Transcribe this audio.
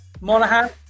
Monaghan